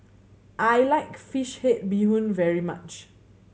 I like fish head bee hoon very much